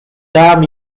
tam